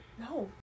No